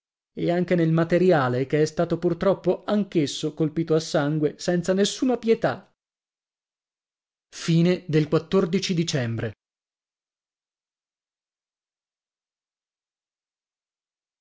e anche nel materiale che è stato purtroppo anch esso colpito a sangue senza nessuna pietà dicembre